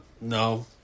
No